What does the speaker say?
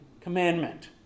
commandment